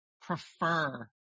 prefer